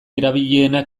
erabilienak